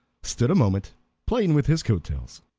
stood a moment playing with his coat tails.